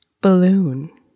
balloon